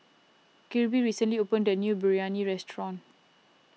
Kirby recently opened a new Biryani restaurant